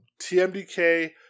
TMDK